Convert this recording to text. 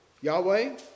Yahweh